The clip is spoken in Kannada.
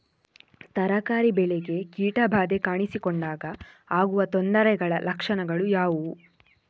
ತರಕಾರಿ ಬೆಳೆಗಳಿಗೆ ಕೀಟ ಬಾಧೆ ಕಾಣಿಸಿಕೊಂಡಾಗ ಆಗುವ ತೊಂದರೆಗಳ ಲಕ್ಷಣಗಳು ಯಾವುವು?